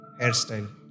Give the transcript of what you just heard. hairstyle